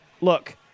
look